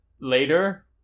Later